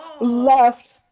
left